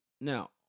now